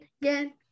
again